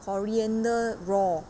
coriander raw